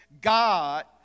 God